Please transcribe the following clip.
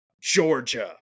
Georgia